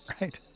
Right